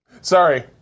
Sorry